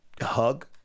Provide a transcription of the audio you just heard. hug